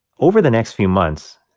over the next few months,